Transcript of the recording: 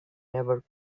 never